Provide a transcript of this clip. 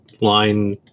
line